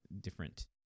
different